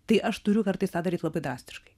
tai aš turiu kartais tą daryt labai drastiškai